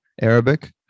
Arabic